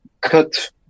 cut